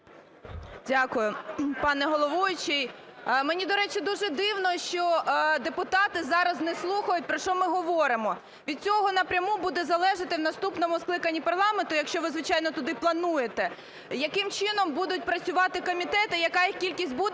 Дякую. Пане головуючий, мені, до речі, дуже дивно, що депутати зараз не слухають, про що ми говоримо. Від цього напряму буде залежати в наступному скликанні парламенту, якщо ви, звичайно, туди плануєте, яким чином будуть працювати комітети, яка їх кількість буде